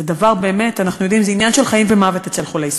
אנחנו יודעים שזה עניין של חיים ומוות אצל חולי סוכרת.